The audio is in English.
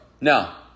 now